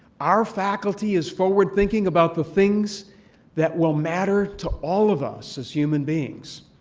our faculty is forward-thinking about the things that will matter to all of us as human beings.